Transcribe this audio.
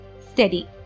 steady